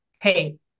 hey